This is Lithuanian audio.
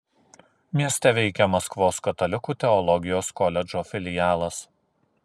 mieste veikia maskvos katalikų teologijos koledžo filialas